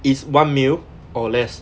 is one million or less